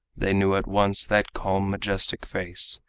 they knew at once that calm, majestic face,